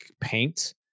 paint